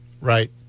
Right